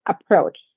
approach